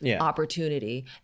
opportunity